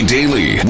Daily